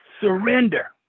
surrender